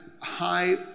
high